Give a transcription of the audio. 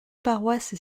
paroisses